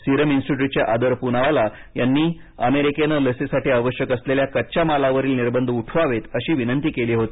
serum इन्स्टिट्यूटचे आदर पूनावाला यांनी अमेरिकेनं लसीसाठी आवश्यक असलेल्या कच्च्या मालावरील निर्बध उठवावेत अशी विनंती केली होती